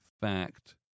fact